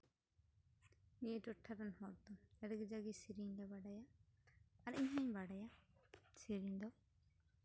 ᱱᱤᱭᱟᱹ ᱴᱚᱴᱷᱟ ᱨᱮᱱ ᱦᱚᱲ ᱫᱚ ᱟᱹᱰᱤ ᱠᱟᱡᱟᱠ ᱜᱮ ᱥᱮᱨᱮᱧ ᱞᱮ ᱵᱟᱲᱟᱭᱟ ᱟᱨ ᱤᱧ ᱦᱚᱸᱧ ᱵᱟᱲᱟᱭᱟ ᱥᱮᱨᱮᱧ ᱫᱚ